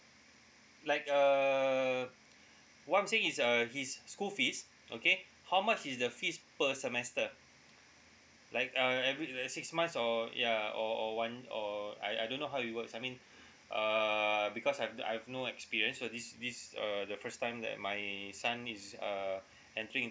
like err what I'm saying is uh his school fees okay how much is the fees per semester like uh every uh six months or ya or or one or I I don't know how it works I mean err because I've I've no experience so this this uh the first time that my son is uh entering